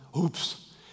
oops